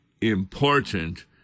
important